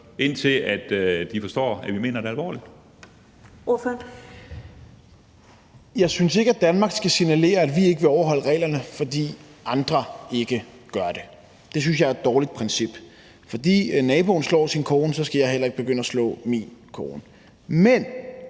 Ordføreren. Kl. 11:58 Morten Dahlin (V): Jeg synes ikke, at Danmark skal signalere, at vi ikke vil overholde reglerne, fordi andre ikke gør det. Det synes jeg er et dårligt princip: Fordi naboen slår sin kone, skal jeg ikke begynde at slå min kone. Men